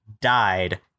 died